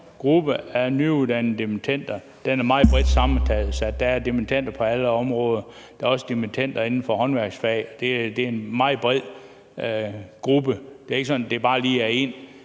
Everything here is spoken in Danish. gruppe af nyuddannede dimittender, er den meget bredt sammensat. Der er dimittender på alle områder. Der er også dimittender inden for håndværksfag, det er en meget bred gruppe, og det er ikke sådan, at det bare lige er én